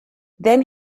then